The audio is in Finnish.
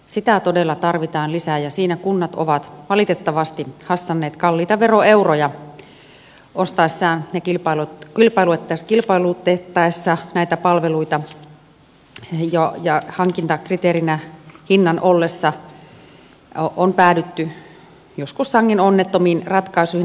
sitä todella tarvitaan lisää ja siinä kunnat ovat valitettavasti hassanneet kalliita veroeuroja ostaessaan ja kilpailutettaessa näitä palveluita ja hinnan ollessa hankintakriteerinä on päädytty joskus sangen onnettomiin ratkaisuihin